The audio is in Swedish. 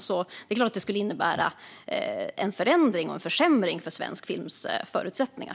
Det är klart att det skulle innebära en förändring och en försämring av svensk films förutsättningar.